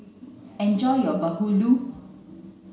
enjoy your bahulu